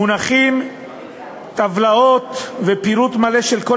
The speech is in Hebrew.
מונחות טבלאות עם פירוט מלא של כל